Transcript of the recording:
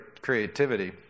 creativity